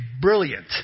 brilliant